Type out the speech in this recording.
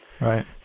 Right